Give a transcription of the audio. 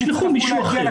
ישלחו מישהו אחר.